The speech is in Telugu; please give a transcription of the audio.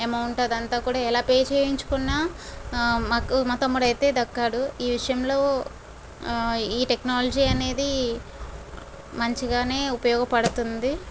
అమౌంట్ అది అంత కూడా ఎలా పే చేయించుకున్న ఆ మాకు మా తమ్ముడు అయితే దక్కాడు ఈ విషయంలో టెక్నాలజీ అనేది మంచిగానే ఉపయోగపడుతుంది